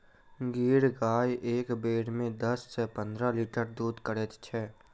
गिर गाय एक बेर मे दस सॅ पंद्रह लीटर दूध करैत छै